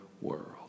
world